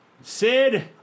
Sid